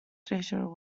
treasure